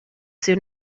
soon